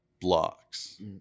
blocks